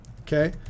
Okay